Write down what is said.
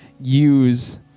use